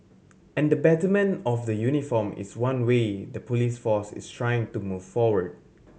and the betterment of the uniform is one way the police force is trying to move forward